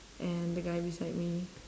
and the guy beside me